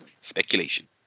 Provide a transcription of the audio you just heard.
speculation